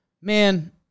man